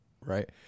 Right